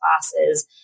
classes